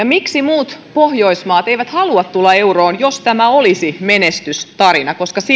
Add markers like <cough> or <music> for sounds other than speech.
<unintelligible> miksi muut pohjoismaat eivät halua tulla euroon jos tämä olisi menestystarina koska siihen